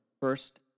first